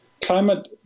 climate